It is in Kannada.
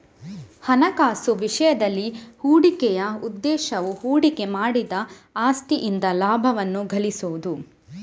ಹಣಕಾಸು ವಿಷಯದಲ್ಲಿ, ಹೂಡಿಕೆಯ ಉದ್ದೇಶವು ಹೂಡಿಕೆ ಮಾಡಿದ ಆಸ್ತಿಯಿಂದ ಲಾಭವನ್ನು ಗಳಿಸುವುದು